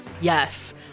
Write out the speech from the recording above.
Yes